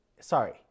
Sorry